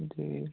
जी